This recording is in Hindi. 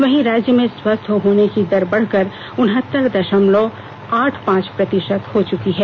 वहीं राज्य में स्वस्थ होने की दर बढ़कर उन्हत्तर दशमलव आठ पांच प्रतिशत हो चुकी है